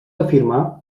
afirmà